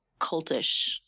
cultish